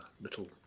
little